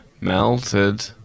Melted